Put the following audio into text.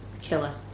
killer